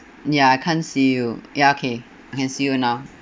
ya I can't see you ya okay I can see you now